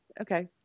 okay